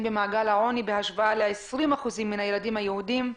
במעגל העוני בהשוואה ל-20% מהילדים היהודים.